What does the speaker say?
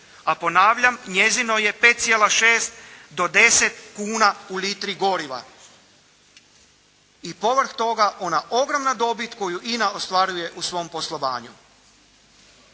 a ponavljam njezino je 5,6 do 10 kuna u litri goriva. I povrh toga ona ogromna dobit koju INA ostvaruje u svom poslovanju.